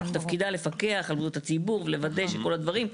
תפקידה לפקח על בריאות הציבור, לוודא שכל הדברים.